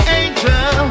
angel